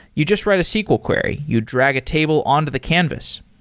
you just write a sql query. you drag a table on to the canvas.